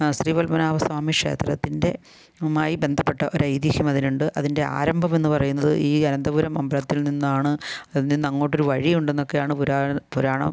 ശ്രീ പത്മനാഭ സ്വാമീ ക്ഷേത്രത്തിൻ്റെ മായി ബന്ധപ്പെട്ട ഒരു ഐതീഹ്യം അതിനുണ്ട് ആരംഭം എന്ന് പറയുന്നത് ഈ അനന്തപുരം അമ്പലത്തിൽ നിന്നാണ് അതിൽ നിന്ന് അങ്ങോട്ട് ഒരു വഴിയുണ്ടെന്നൊക്കെയാണ് പുരാതന പുരാണം